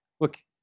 Look